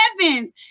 heavens